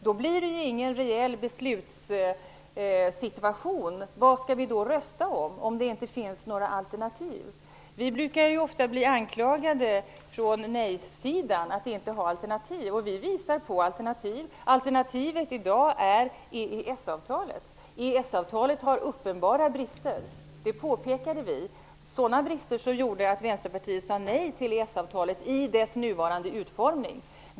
Då blir det ju ingen reell beslutssituation. Om vad vi skall rösta, om det inte finns några alternativ? Vi brukar ofta bli anklagade från nej-sidan för att inte ha några alternativ, men visst visar vi på alternativ. I dag är alternativet EES-avtalet. Det har uppenbara brister, som vi också har påpekat. De bristerna gjorde att vi sade nej till EES-avtalet med dess nuvarande utformning.